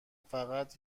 فقط